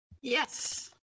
Yes